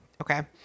okay